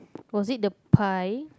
was it the pie